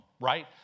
right